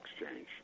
exchange